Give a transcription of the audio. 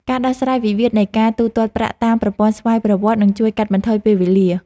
ការដោះស្រាយវិវាទនៃការទូទាត់ប្រាក់តាមប្រព័ន្ធស្វ័យប្រវត្តិ នឹងជួយកាត់បន្ថយពេលវេលា។